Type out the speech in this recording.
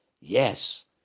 Yes